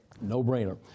No-brainer